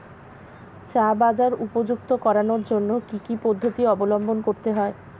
চা বাজার উপযুক্ত করানোর জন্য কি কি পদ্ধতি অবলম্বন করতে হয়?